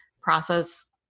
process